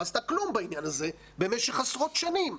עשתה כלום בעניין הזה במשך עשרות שנים.